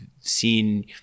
seen